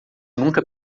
nunca